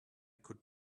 could